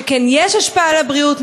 שכן יש השפעה על הבריאות,